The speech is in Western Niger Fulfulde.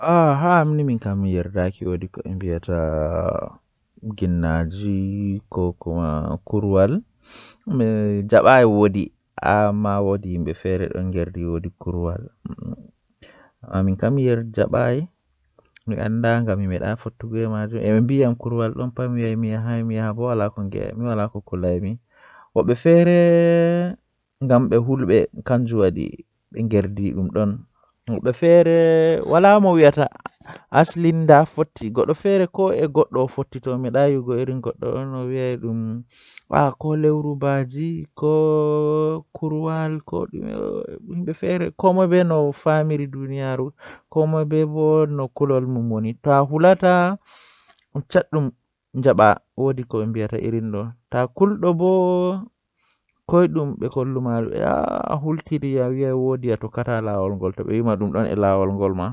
Ndikkinami mi dilli haa dow keke taya didi ngam kanjum do mi dillan feere am nden mi yahan mi yotta wakkati jei mi mari haaje wala mo darni am walamo aati am haala hunde feere.